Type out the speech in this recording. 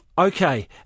Okay